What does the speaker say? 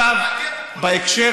לשכיר